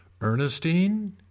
Ernestine